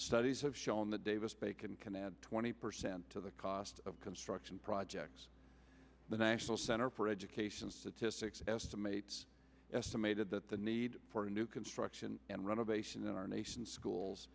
studies have shown the davis bacon can add twenty percent to the cost of construction projects the national center for education statistics estimates estimated that the need for new construction and renovation in our nation's schools